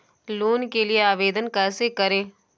Loan के लिए आवेदन कैसे करें?